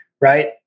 Right